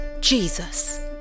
Jesus